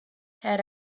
had